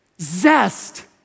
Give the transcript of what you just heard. Zest